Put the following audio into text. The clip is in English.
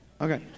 Okay